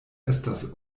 estas